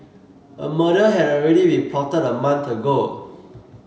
a murder had already been plotted a month ago